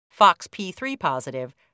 FOXP3-positive